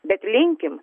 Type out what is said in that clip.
bet linkim